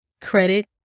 credit